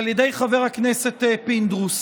על ידי חבר הכנסת פינדרוס.